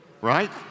right